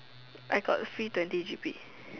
I got free twenty G_B